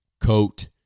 coat